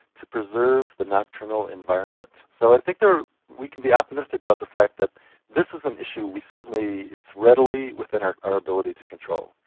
to preserve the nocturnal environment. so i think we can be optimistic about the fact that this is an issue we certainly, it's readily within our our ability to control.